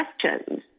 questions